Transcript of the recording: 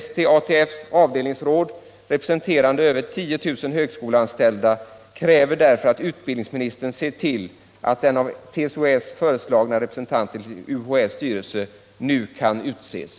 ST-ATFs avdelningsråd, representerande över 10 000 högskoleanställda, kräver därför att utbildningsministern ser till att den av TCO-S föreslagna representanten till UHÄSs styrelse nu kan utses.”